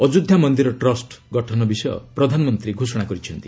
ଅଯୋଧ୍ୟା ମନ୍ଦିର ଟ୍ରଷ୍ଟ ଗଠନ ବିଷୟ ପ୍ରଧାନମନ୍ତ୍ରୀ ଘୋଷଣା କରିଛନ୍ତି